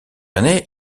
ainé